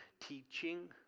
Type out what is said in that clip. teaching